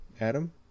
Adam